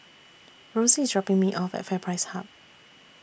Rosey IS dropping Me off At FairPrice Hub